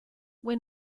when